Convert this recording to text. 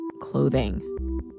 clothing